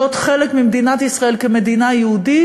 להיות חלק ממדינת ישראל כמדינה יהודית,